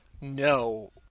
No